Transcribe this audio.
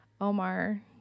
Omar